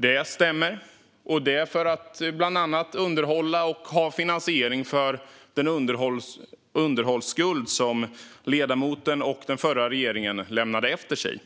Det stämmer, och det handlar bland annat om underhåll och om att ha finansiering för den underhållsskuld som ledamotens parti och den förra regeringen lämnade efter sig.